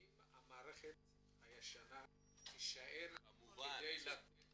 האם המערכת הישנה תישאר כדי לתת פתרון?